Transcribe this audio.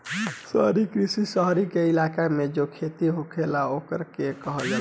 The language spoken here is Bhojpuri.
शहरी कृषि, शहर के इलाका मे जो खेती होला ओकरा के कहाला